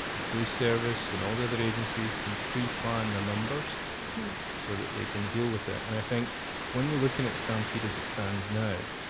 the police service and all the other agencies can pre-plan their numbers so that they can deal with it. and i think when we look at stampede as it stands now,